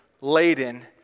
laden